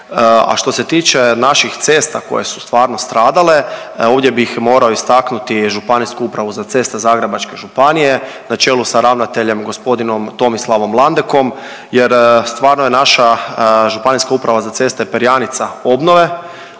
što se tiče naših cesta koje su stvarno stradale, ovdje bih morao istaknuti ŽUC Zagrebačke županije na čelu sa ravnateljem g. Tomislavom Landekom jer stvarno je naša ŽUC perjanica obnove